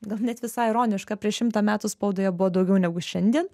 gal net visai ironiška prieš šimtą metų spaudoje buvo daugiau negu šiandien